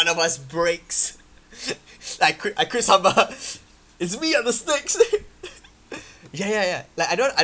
one of us breaks like I quit I quit somehow it's me on the stakes ya ya ya like I don't I